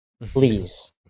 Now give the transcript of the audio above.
Please